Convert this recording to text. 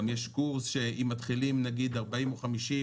גם יש קורס שאם מתחילים נגיד 40 או 50,